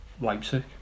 Leipzig